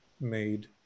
made